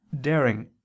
daring